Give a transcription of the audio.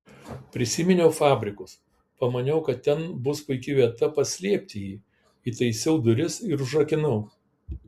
prisiminiau fabrikus pamaniau kad ten bus puiki vieta paslėpti jį įtaisiau duris ir užrakinau